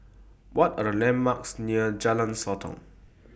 What Are The landmarks near Jalan Sotong